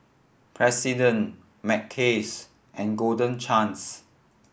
President Mackays and Golden Chance